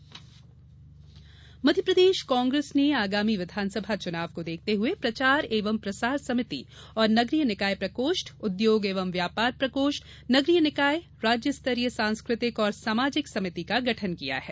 कांग्रेस समिति मध्यप्रदेश कांग्रेस ने आगामी विधानसभा चुनाव को देखते हुए प्रचार एवं प्रसार समिति और नगरीय निकाय प्रकोष्ठ उद्योग एवं व्यापार प्रकोष्ठ नगरीय निकाय राज्य स्तरीय सांस्कृतिक और सामाजिक समिति का गठन किया है